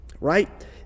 right